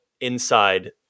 inside